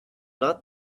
not